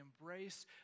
embrace